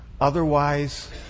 Otherwise